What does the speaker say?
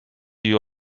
you